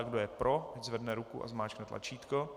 Kdo je pro, zvedne ruku a zmáčkne tlačítko.